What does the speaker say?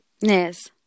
Yes